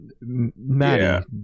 maddie